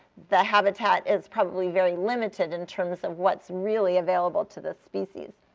the habitat is probably very limited in terms of what's really available to this species.